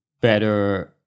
better